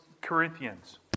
Corinthians